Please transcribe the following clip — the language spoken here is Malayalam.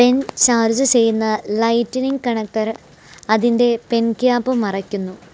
പെൻ ചാർജു ചെയ്യുന്ന ലൈറ്റനിംഗ് കണക്ടർ അതിന്റെ പെൻ ക്യാപ് മറയ്ക്കുന്നു